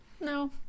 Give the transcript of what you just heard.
No